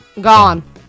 Gone